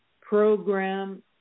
program